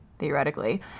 theoretically